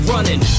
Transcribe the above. Running